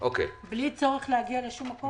בלי צורך להגיע לשום מקום?